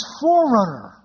forerunner